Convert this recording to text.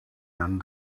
end